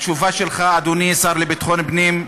התשובה שלך, אדוני השר לביטחון פנים,